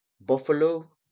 Buffalo